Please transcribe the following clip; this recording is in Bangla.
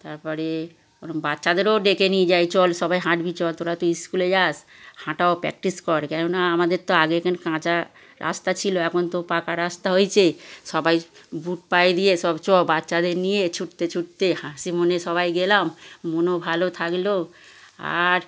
তার পরে বাচ্চাদেরও ডেকে নিয়ে যাই চল সবাই হাঁটবি চল তোরা তো স্কুলে যাস হাঁটাও প্র্যাকটিস কর কেন না আমাদের তো আগে এখানে কাঁচা রাস্তা ছিল এখন তো পাকা রাস্তা হয়েছে সবাই বুট পায়ে দিয়ে সব চল বাচ্চাদের নিয়ে ছুটতে ছুটতে হাসি মনে সবাই গেলাম মনও ভালো থাকল আর